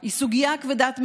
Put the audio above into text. היא סוגיה כבדת משקל,